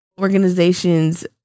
organizations